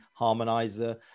harmonizer